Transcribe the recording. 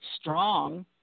strong